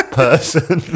person